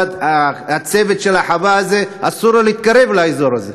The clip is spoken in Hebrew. הצוות של החווה, אסור לו להתקרב לאזור הזה.